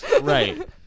Right